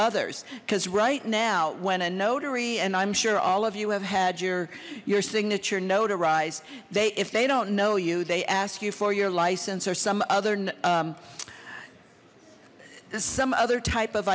others because right now when a notary and i'm sure all of you have had your your signature notarized they if they don't know you they ask you for your license or some other there's some other type of